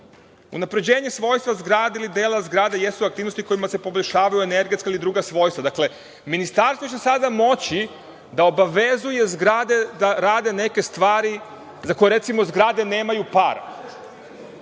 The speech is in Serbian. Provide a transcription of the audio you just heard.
unapređenje svojstva zgrade ili dela zgrade jesu aktivnosti kojima se poboljšavaju energetska ili druga svojstva. Dakle, ministarstvo će sada moći da obavezuje zgrade da rade neke stvari za koje, recimo, zgrade nemaju para,